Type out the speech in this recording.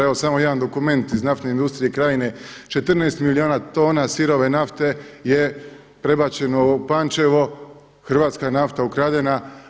Evo samo jedan dokument iz naftne industrije Krajine 14 milijuna tona sirove nafte je prebačeno u Pančevo, hrvatska nafta je ukradena.